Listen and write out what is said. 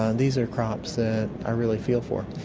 and these are crops that i really feel for.